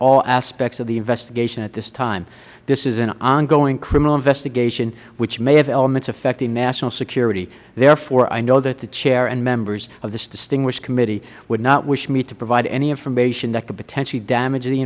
all aspects of the investigation at this time this is an ongoing criminal investigation which may have elements affecting national security therefore i know that the chair and members of this distinguished committee would not wish me to provide any information that could potentially damag